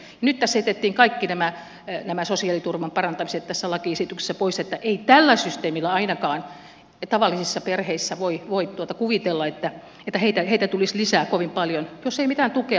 nyt jätettiin kaikki nämä sosiaaliturvan parantamiset tässä lakiesityksessä pois joten ei tällä systeemillä ainakaan voi kuvitella että tavallisia perheitä tulisi lisää kovin paljon jos ei mitään tukea tule